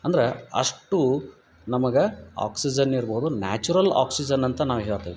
ಅಂದ್ರ ಅಷ್ಟೂ ನಮಗೆ ಆಕ್ಸಿಜನ್ ಇರ್ಬೋದು ನ್ಯಾಚುರಲ್ ಆಕ್ಸಿಜನ್ ಅಂತ ನಾವು ಹೇಳ್ತೇವಿ